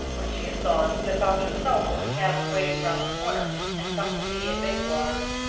when she is gone, slip out yourself to the cab waiting round the corner, and come to me at bayswater.